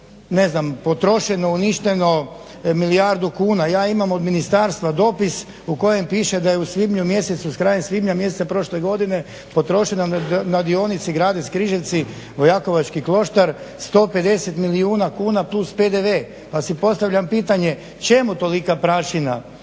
ne znam potrošeno, uništeno milijardu kuna. Ja imam od ministarstva dopis u kojem piše da je u svibnju mjesecu, krajem svibnja mjeseca prošle godine potrošeno na dionici Gradec- Križevci-Vojakovački Kloštar 150 milijuna kuna plus PDV, pa si postavljam pitanje čemu tolika prašina,